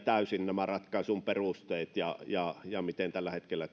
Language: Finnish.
täysin tämän ratkaisun perusteet sen suhteen miten tällä hetkellä